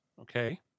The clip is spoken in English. Okay